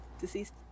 deceased